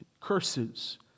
curses